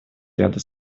ряда